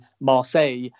Marseille